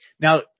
Now